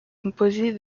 composé